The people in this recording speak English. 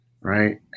right